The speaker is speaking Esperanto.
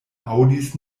aŭdis